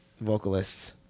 vocalists